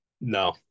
No